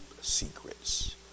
secrets